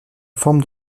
forme